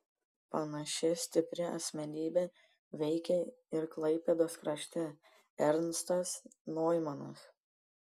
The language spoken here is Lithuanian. panaši stipri asmenybė veikė ir klaipėdos krašte ernstas noimanas